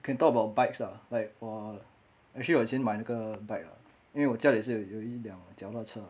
can talk about bikes lah like for 我 actually 我已经买那个 bike 了因为我家里也是有有一辆脚踏车